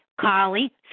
Carly